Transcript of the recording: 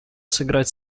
сыграть